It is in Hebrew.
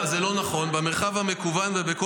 חינוך למיגור גזענות.